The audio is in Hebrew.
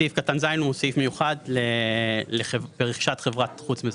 סעיף קטן (ז) הוא סעיף מיוחד ברכישת חברת חוץ מזכה.